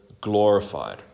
glorified